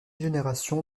génération